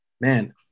man